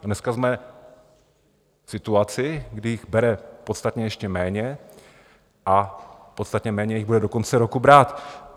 A dneska jsme v situaci, kdy ji bere podstatně ještě méně a podstatně méně jich bude do konce roku brát.